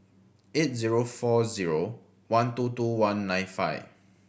eight zero four zero one two two one nine five